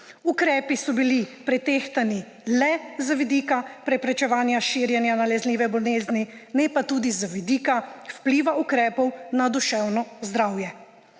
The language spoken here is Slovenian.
Ukrepi so bili pretehtani le z vidika preprečevanja širjenja nalezljive bolezni, ne pa tudi z vidika vpliva ukrepov na duševno zdravje.